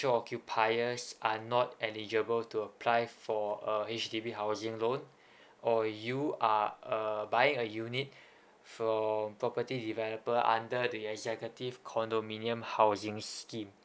occupiers are not eligible to apply for a H_D_B housing loan or you are a buying a unit from property developer under the executive condominium housing scheme